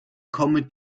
comet